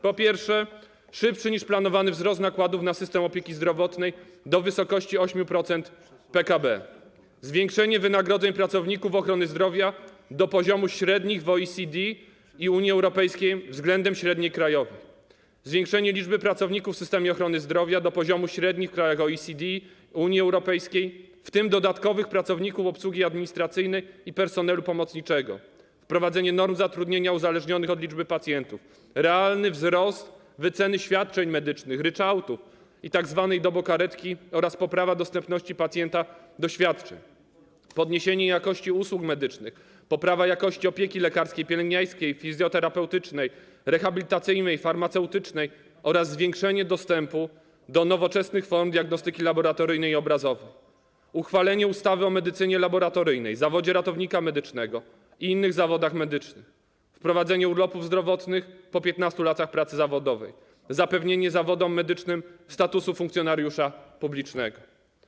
Chodzi o szybszy niż planowany wzrost nakładów na system opieki zdrowotnej do wysokości 8% PKB, zwiększenie wynagrodzeń pracowników ochrony zdrowia do poziomu średnich w OECD i Unii Europejskiej względem średniej krajowej, zwiększenie liczby pracowników w systemie ochrony zdrowia do poziomu średniej w krajach OECD i Unii Europejskiej, w tym liczby dodatkowych pracowników obsługi administracyjnej i personelu pomocniczego, wprowadzenie norm zatrudnienia uzależnionych od liczby pacjentów, realny wzrost wyceny świadczeń medycznych, ryczałtów i tzw. dobokaretki oraz poprawę dostępności pacjenta do świadczeń, podniesienie jakości usług medycznych, poprawę jakości opieki lekarskiej, pielęgniarskiej, fizjoterapeutycznej, rehabilitacyjnej, farmaceutycznej, zwiększenie dostępu do nowoczesnych form diagnostyki laboratoryjnej i obrazowej, uchwalenie ustawy o medycynie laboratoryjnej, o zawodzie ratownika medycznego i innych zawodach medycznych, wprowadzenie urlopów zdrowotnych po 15 latach pracy zawodowej, zapewnienie zawodom medycznym statusu funkcjonariusza publicznego.